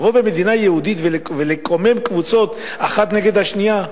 לבוא במדינה יהודית ולקומם קבוצות אחת נגד השנייה,